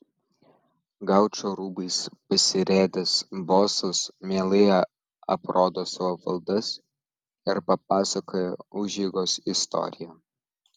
gaučo rūbais pasirėdęs bosas mielai aprodo savo valdas ir papasakoja užeigos istoriją